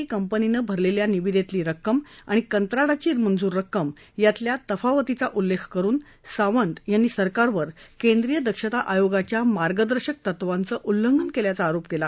T कंपनीनं भरलेल्या निविदेतली रक्कम आणि कंत्राटाची मंजूर रक्कम यातल्या तफावतीचा उल्लेख करुन सावंत यांनी सरकारवर केंद्रीय दक्षता आयोगाच्या मार्गदर्शक तत्वाचं उल्लंघन केल्याचा आरोप केला